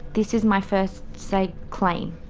this is my first say claim.